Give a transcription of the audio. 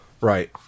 Right